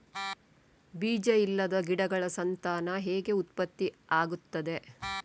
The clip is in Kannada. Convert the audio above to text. ಬೀಜ ಇಲ್ಲದ ಗಿಡಗಳ ಸಂತಾನ ಹೇಗೆ ಉತ್ಪತ್ತಿ ಆಗುತ್ತದೆ?